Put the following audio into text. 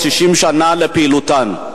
במלאות 90 שנה לפעילותן.